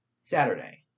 Saturday